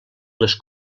les